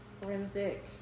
forensic